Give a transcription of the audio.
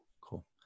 Cool